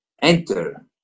Enter